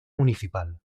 municipal